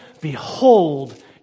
Behold